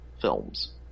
films